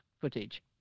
footage